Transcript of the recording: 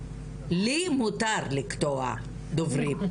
לי מותר לקטוע דוברים,